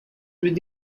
with